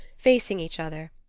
facing each other,